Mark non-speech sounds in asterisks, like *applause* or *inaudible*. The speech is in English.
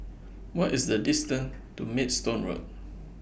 What IS The distance *noise* to Maidstone Road